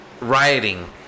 rioting